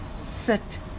sit